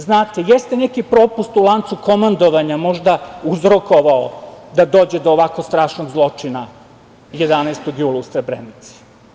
Znate, jeste neki propust u lancu komandovanja možda uzrokovao da dođe do ovako strašnog zločina 11. jula u Srebrenici.